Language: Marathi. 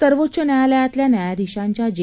सर्वोच्च न्यायालयातल्या न्यायाधिशांच्या जे